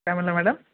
काय म्हणला मॅडम